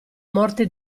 morte